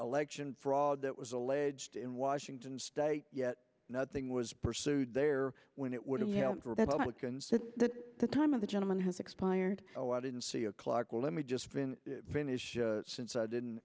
election fraud that was alleged in washington state yet nothing was pursued there when it would have helped republicans said the time of the gentleman has expired oh i didn't see a clock well let me just been finished since i didn't